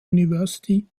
university